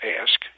ask